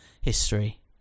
history